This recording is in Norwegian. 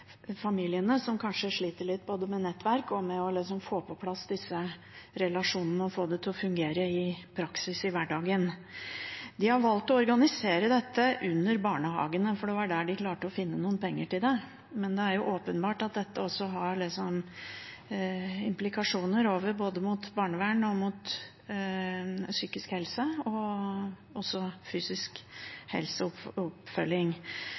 familiene som kanskje sliter litt både med nettverk og med å få på plass relasjonene og få det til å fungere i praksis i hverdagen. De har valgt å organisere dette under barnehagene, for det var der de klarte å finne penger til det, men det er åpenbart at dette også har implikasjoner både over mot barnevern og mot psykisk helse og også fysisk helse og oppfølging.